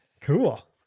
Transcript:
Cool